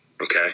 okay